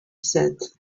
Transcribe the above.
said